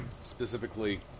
Specifically